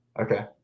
okay